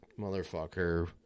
motherfucker